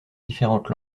différentes